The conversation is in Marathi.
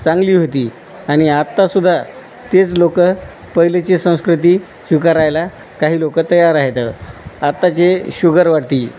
चांगली होती आणि आत्तासुद्धा तेच लोकं पहिलेची संस्कृती स्वीकारायला काही लोकं तयार आहेतं आत्ताचे शुगरवरती